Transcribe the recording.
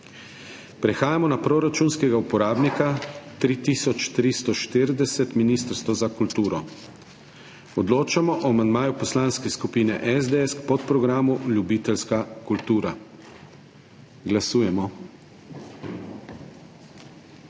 Prehajamo na proračunskega uporabnika 3340 Ministrstvo za kulturo. Odločamo o amandmaju Poslanske skupine SDS k podprogramu Ljubiteljska kultura.